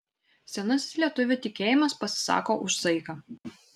senasis lietuvių tikėjimas pasisako už saiką